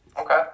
Okay